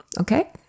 Okay